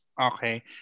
Okay